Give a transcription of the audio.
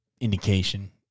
indication